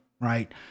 right